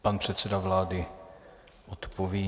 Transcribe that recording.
Pan předseda vlády odpoví.